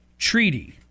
Treaty